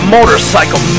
Motorcycle